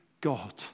God